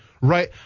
right